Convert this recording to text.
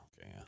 okay